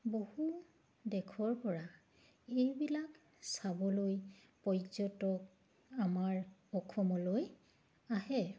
বহু দেশৰ পৰা এইবিলাক চাবলৈ পৰ্যটক আমাৰ অসমলৈ আহে